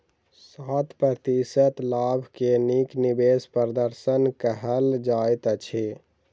सात प्रतिशत लाभ के नीक निवेश प्रदर्शन कहल जाइत अछि